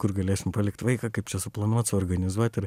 kur galėsim palikti vaiką kaip čia suplanuot suorganizuot ir